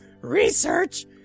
research